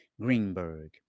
Greenberg